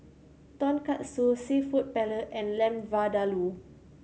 Tonkatsu Seafood Paella and Lamb Vindaloo